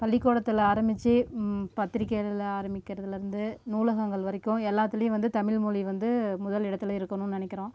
பள்ளிக்கூடத்துல ஆரம்மிச்சி பத்திரிக்கை எழுத ஆரம்பிக்கிறதுலேருந்து நூலகங்கள் வரைக்கும் எல்லாத்துலையும் வந்து தமிழ்மொழி வந்து முதலிடத்தில் இருக்கணும்னு நினைக்கிறோம்